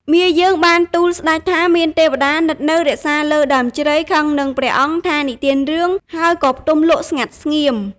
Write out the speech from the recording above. មាយើងបានទូលស្តេចថាមានទេវតានិត្យនៅរក្សាលើដើមជ្រៃខឹងនឹងព្រះអង្គថានិទានរឿង ហើយក៏ផ្ទំលក់ស្ងាត់ស្ងៀម។